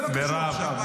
זה לא קשור עכשיו.